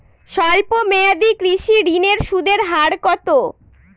স্বল্প মেয়াদী কৃষি ঋণের সুদের হার কত?